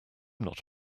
not